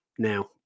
Now